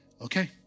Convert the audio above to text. Okay